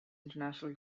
international